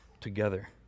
together